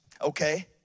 okay